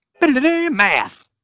Math